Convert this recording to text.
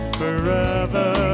forever